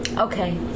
Okay